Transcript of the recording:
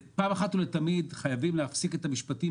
פעם אחת ולתמיד חייבים להפסיק את המשפטים